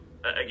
again